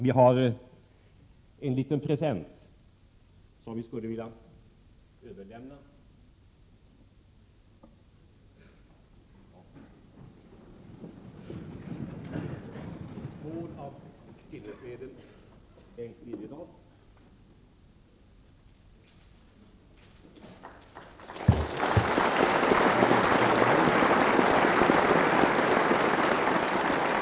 Vi har en liten present som vi skulle vilja överlämna.